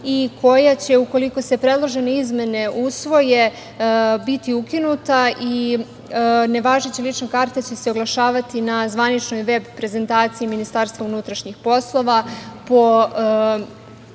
i koja će, ukoliko se predložene izmene usvoje, biti ukinuta i nevažeća lična karta će se oglašavati na zvaničnoj veb prezentaciji MUP po proglašenju rešenja. Ono što